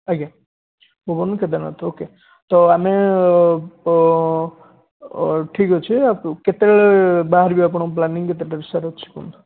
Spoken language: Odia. ଆଜ୍ଞା ଭୁବନରୁ କେଦାରନାଥ ଓକେ ତ ଆମେ ଠିକ୍ ଅଛି କେତେବେଳେ ବାହାରିବେ ଆପଣ ପ୍ଲାନିଂ କେତେଟାରୁ ଅଛି ସାର୍ କୁହନ୍ତୁ